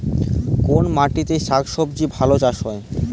কোন মাটিতে শাকসবজী ভালো চাষ হয়?